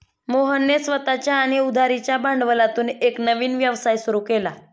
मोहनने स्वतःच्या आणि उधारीच्या भांडवलातून एक नवीन व्यवसाय सुरू केला